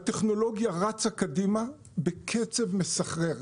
הטכנולוגיה רצה קדימה בקצב מסחרר,